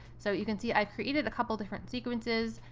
so you can see i've created a couple different sequences,